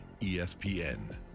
ESPN